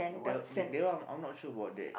the they one I'm not sure about that